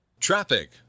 traffic